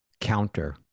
counter